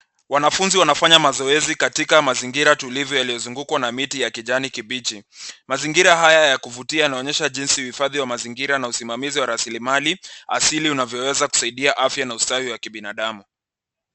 Wanafunzi wanafanya mazoezi katika mazingira tulivu yaliyozungukwa na miti ya kijani kibichi. Mazingira haya ya kuvutia yanaonyesha jinsi uhifadhi wa mazingira na usimamizi wa rasilimali asili unavyoweza kusaidia afya na ustawi wa kibinadamu.